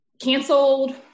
canceled